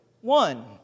One